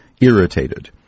irritated